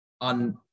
on